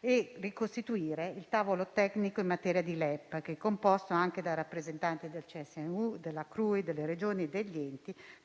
e ricostituire il tavolo tecnico in materia di LEP, che è composto anche da rappresentanti del CNSU, della CRUI, della Regioni e degli enti locali,